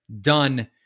done